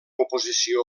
oposició